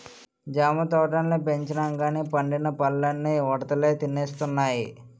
జామ తోటల్ని పెంచినంగానీ పండిన పల్లన్నీ ఉడతలే తినేస్తున్నాయి